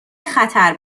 خطر